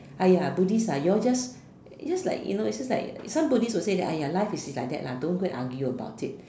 !aiya! Buddhist ah you all just just you know is just like some Buddhist will say like !aiya! life is like that lah don't go and argue about it